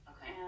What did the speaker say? Okay